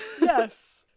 Yes